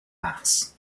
mass